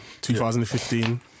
2015